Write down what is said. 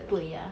对呀